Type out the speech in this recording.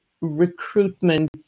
recruitment